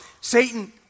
Satan